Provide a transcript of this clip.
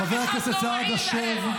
אף אחד לא מעיר להם.